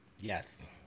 yes